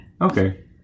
Okay